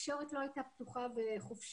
התקשורת לא הייתה פתוחה וחופשית,